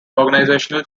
organizational